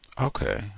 Okay